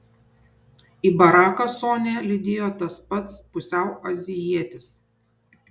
į baraką sonią lydėjo tas pats pusiau azijietis